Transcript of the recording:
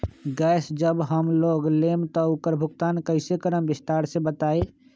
Gas जब हम लोग लेम त उकर भुगतान कइसे करम विस्तार मे बताई?